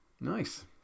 Nice